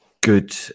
good